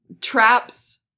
traps